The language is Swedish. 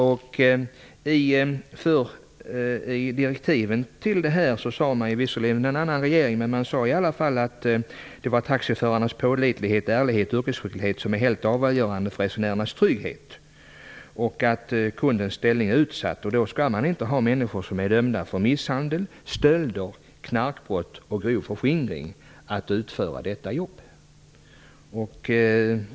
I direktiven till lagstiftningen - som visserligen utformades av en annan regering - sades det att det är taxiförarnas pålitlighet, ärlighet och yrkesskicklighet som är helt avgörande för resenärernas trygghet och att kundens ställning är utsatt. Då skall människor som är dömda för misshandel, stöld, knarkbrott och grov förskingring inte få utföra detta jobb.